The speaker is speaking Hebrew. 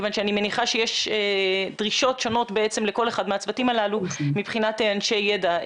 אני מניחה שיש דרישותך שונות מכל אחד מהצוותים הללו מבחינת אנשי ידע.